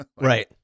Right